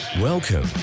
Welcome